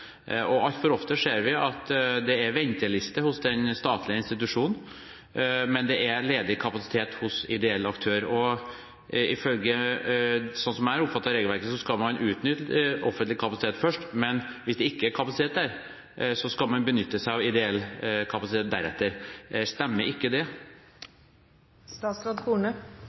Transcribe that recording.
Altfor ofte ser vi at det er venteliste hos den statlige institusjonen, mens det er ledig kapasitet hos ideell aktør, og sånn som jeg oppfatter regelverket, skal man utnytte offentlig kapasitet først, men hvis det ikke er kapasitet der, skal man deretter benytte seg av ideell kapasitet. Stemmer ikke det?